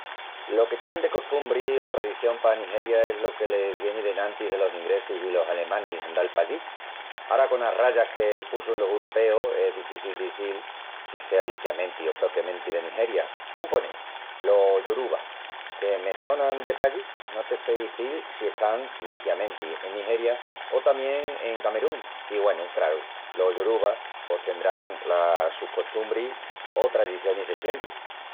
Lo que tienin de costumbri o tradición pa Nigeria es lo que les vieni d'enantis delos ingresis i los alemanis andal pallí. Ara conas rayas que pusun los uropeus es difici d'izil que sea liquiamenti o propiamenti de Nigeria. Un ponel, los yoruba, que me sonan de pallí, no te sé izil si están liquiamenti en Nigeria o tamién en Camerún i, güenu, craru, los yoruba pos tendrán las sus costumbris o tradicionis de siempri.